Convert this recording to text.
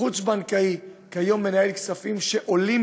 חוץ-בנקאי כיום מנהל כספים שעולים